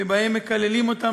שבהן מקללים אותם.